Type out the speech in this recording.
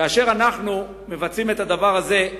כאשר אנחנו מבצעים את הדבר הזה,